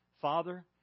Father